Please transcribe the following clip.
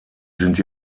sind